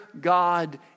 God